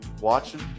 watching